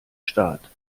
staat